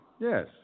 Yes